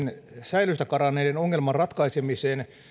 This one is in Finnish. säilöstä karanneiden ongelman ratkaisemiseen